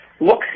Look